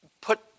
put